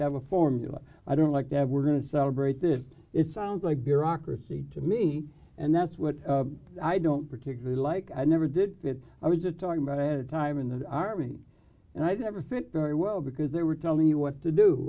to have a formula i don't like to have we're going to celebrate did it sounds like bureaucracy to me and that's what i don't particularly like i never did that i was just talking about at a time in the army and i never fit very well because they were telling you what to do